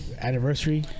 anniversary